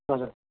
हजुर